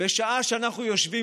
הם חשבו,